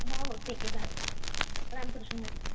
हो हो ठीक आहे चालत आहे राम कृष्ण हरी